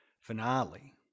finale